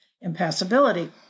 impassibility